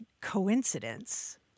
coincidence